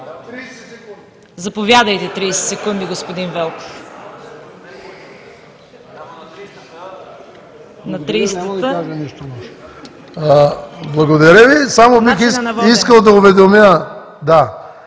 Заповядайте – 30 секунди, господин Велков.